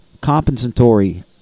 compensatory